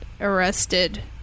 arrested